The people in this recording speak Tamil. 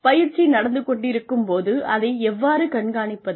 பயிற்சி நடந்து கொண்டிருக்கும்போது அதை எவ்வாறு கண்காணிப்பது